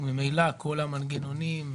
וממילא גם כל המנגנונים,